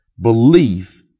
belief